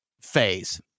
phase